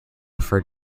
for